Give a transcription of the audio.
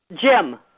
Jim